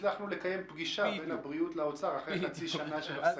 הצלחנו לקיים פגישה בין הבריאות לאוצר אחרי חצי שנה של הפסקה.